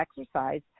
exercise